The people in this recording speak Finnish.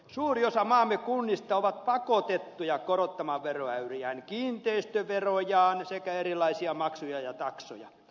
suuri osa maamme kunnista on pakotettu korottamaan veroäyriään kiinteistöverojaan sekä erilaisia maksuja ja taksoja